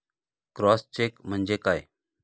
Cross check म्हणजे काय?